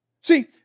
See